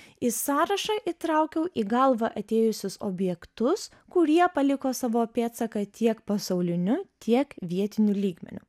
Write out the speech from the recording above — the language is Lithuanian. į sąrašą įtraukiau į galvą atėjusius objektus kurie paliko savo pėdsaką tiek pasauliniu tiek vietiniu lygmeniu